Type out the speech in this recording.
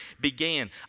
began